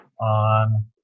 on